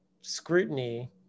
scrutiny